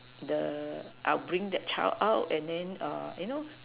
the I will bring that child out and then err you know